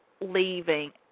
leaving